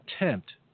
attempt